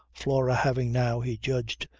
flora having now, he judged,